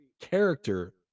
character